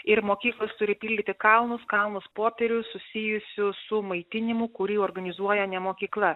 ir mokyklos turi pildyti kalnus kalnus popierių susijusių su maitinimu kurį organizuoja ne mokykla